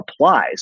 applies